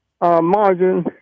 margin